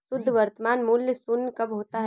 शुद्ध वर्तमान मूल्य शून्य कब होता है?